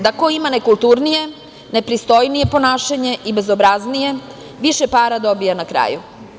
Da ko ima nekulturnije, nepristojnije ponašanje i bezobraznije više para dobija na kraju.